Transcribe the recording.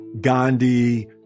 Gandhi